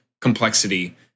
complexity